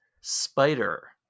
spider